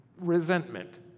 resentment